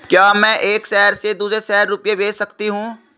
क्या मैं एक शहर से दूसरे शहर रुपये भेज सकती हूँ?